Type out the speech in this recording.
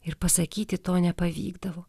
ir pasakyti to nepavykdavo